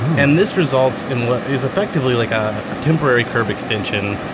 and this results in what is effectively like ah a temporary curb extension,